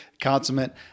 consummate